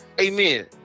amen